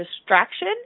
distraction